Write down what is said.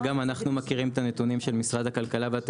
אבל גם אנחנו מכירים את הנתונים של משרד הכלכלה.